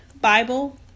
Bible